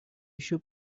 issue